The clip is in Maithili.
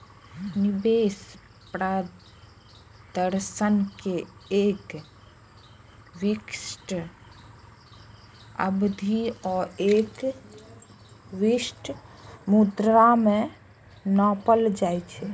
निवेश प्रदर्शन कें एक विशिष्ट अवधि आ एक विशिष्ट मुद्रा मे नापल जाइ छै